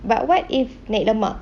but what if naik lemak